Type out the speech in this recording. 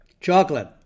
chocolate